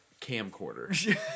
Camcorder